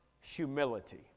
humility